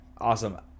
Awesome